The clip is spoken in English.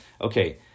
okay